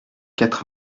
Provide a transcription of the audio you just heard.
quatre